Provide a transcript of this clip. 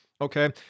okay